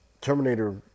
Terminator